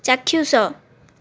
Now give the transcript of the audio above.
ଚାକ୍ଷୁଷ